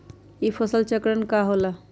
ई फसल चक्रण का होला?